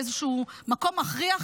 באיזשהו מקום מכריע,